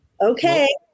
okay